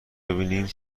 ببینیم